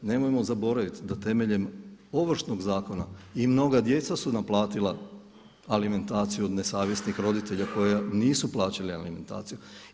Nemojmo zaboraviti da temeljem Ovršnog zakona i mnoga djeca su naplatila alimentaciju od nesavjesnih roditelja koji nisu plaćali alimentaciju.